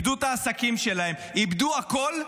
איבדו את העסקים שלהם, איבדו הכול.